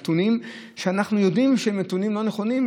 נתונים שאנחנו יודעים שהם נתונים לא נכונים,